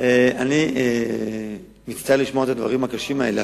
אני מצטער לשמוע את הדברים הקשים האלה.